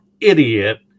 idiot